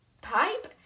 pipe